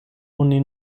oni